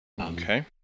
Okay